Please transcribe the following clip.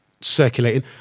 circulating